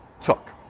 took